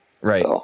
Right